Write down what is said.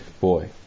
boy